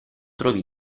trovi